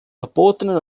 verbotenen